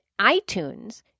iTunes